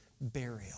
Burial